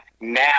Now